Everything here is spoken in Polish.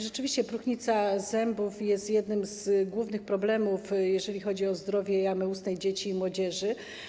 Rzeczywiście próchnica zębów jest jednym z głównych problemów, jeżeli chodzi o zdrowie jamy ustnej dzieci i młodzieży.